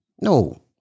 No